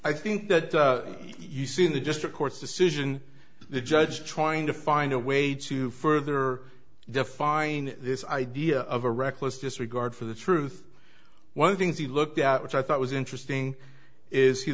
i think that you see in the district court's decision the judge trying to find a way to further define this idea of a reckless disregard for the truth one of things he looked at which i thought was interesting is he